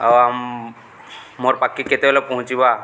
ଆଉ ମୋର୍ ପାକ୍କେ କେତେବେଲେ ପହଞ୍ଚିବା